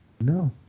no